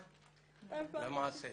אנחנו פה בשביל לעזור לאנשים,